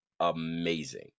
Amazing